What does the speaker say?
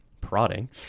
prodding